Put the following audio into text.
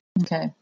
Okay